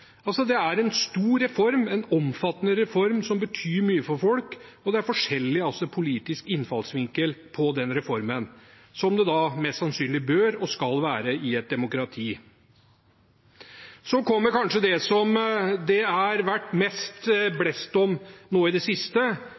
Det er en stor og omfattende reform som betyr mye for folk, og det er forskjellig politisk innfallsvinkel på den reformen, som det mest sannsynlig bør og skal være i et demokrati. Så kommer kanskje det som det har vært mest blest om nå i det siste,